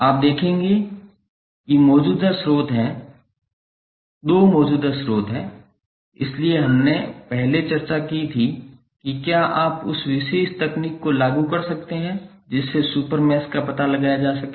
आप देखेंगे कि दो मौजूदा स्रोत हैं इसलिए हमने पहले चर्चा की थी कि क्या आप उस विशेष तकनीक को लागू कर सकते हैं जिससे सुपर मैश का पता लगाया जा सके